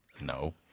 No